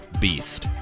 beast